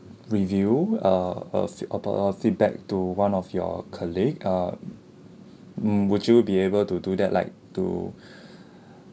review uh uh fe~ uh bu~ feedback to one of your colleague uh mm would you be able to do that like to